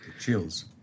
Chills